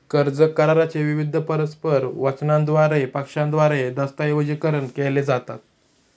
कर्ज करारा चे विविध परस्पर वचनांद्वारे पक्षांद्वारे दस्तऐवजीकरण केले जातात